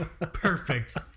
Perfect